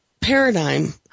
paradigm